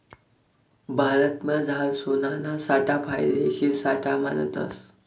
भारतमझार सोनाना साठा फायदेशीर साठा मानतस